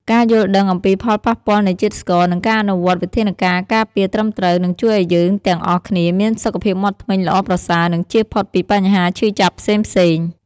ការយល់ដឹងអំពីផលប៉ះពាល់នៃជាតិស្ករ និងការអនុវត្តវិធានការការពារត្រឹមត្រូវ នឹងជួយឲ្យយើងទាំងអស់គ្នាមានសុខភាពមាត់ធ្មេញល្អប្រសើរ និងជៀសផុតពីបញ្ហាឈឺចាប់ផ្សេងៗ។